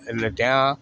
એટલે ત્યાં